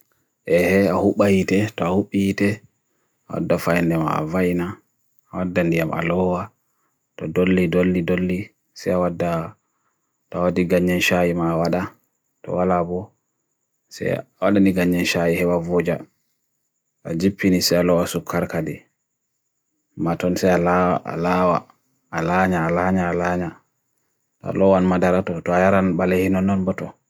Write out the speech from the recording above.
Ehe, ahubahite, t'ahubiite, hodda fain dema avayna, hodda ni am aloha, to dolly, dolly, dolly, sayawadda, tawaddi ganyenshahi mawadda, tawalabo, sayawadda ni ganyenshahi hewa boja, adjipini se aloha sukkar kade, matun se aloha, alahwa, alahnya, alahnya, alahnya, talohan madarato, to ayaran balihinonon buto.